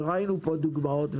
וראינו פה דוגמאות,